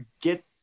get